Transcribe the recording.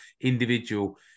individual